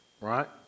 right